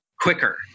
quicker